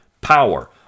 power